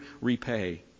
repay